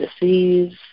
disease